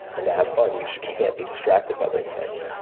and to have fun. you just can't be distracted by those things.